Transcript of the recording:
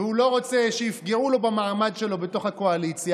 והוא לא רוצה שיפגעו לו במעמד שלו בתוך הקואליציה,